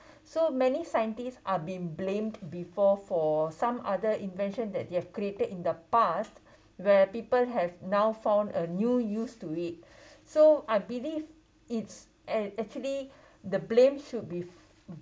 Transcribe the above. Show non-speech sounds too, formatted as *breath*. *breath* so many scientists are being blamed before for some other inventions that they've created in the past where people have now found a new use to it *breath* so I believe it's ac~ actually the blame should be